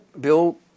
Bill